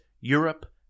europe